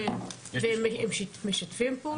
הם משתפים פעולה?